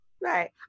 Right